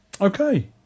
Okay